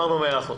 אמרנו מאה אחוז,